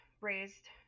raised